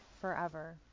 forever